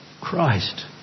Christ